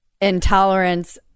intolerance